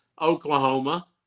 Oklahoma